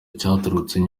cyagarutsweho